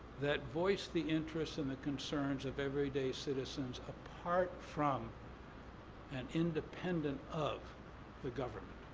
that voice the interest and the concerns of everyday citizens apart from and independent of the government.